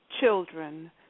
children